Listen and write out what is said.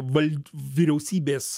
val vyriausybės